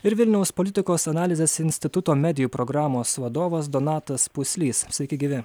ir vilniaus politikos analizės instituto medijų programos vadovas donatas puslys sveiki gyvi